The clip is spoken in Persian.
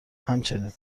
همچنین